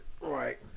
Right